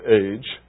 age